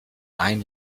ein